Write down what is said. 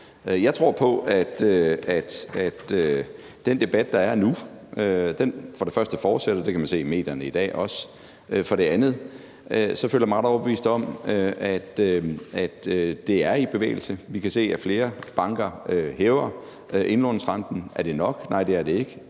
det første på, at den debat, der er nu, fortsætter – det kan man også se i medierne i dag – og for det andet føler jeg mig ret overbevist om, at det er i bevægelse. Vi kan se, at flere banker hæver indlånsrenten. Er det nok? Nej, det er det ikke,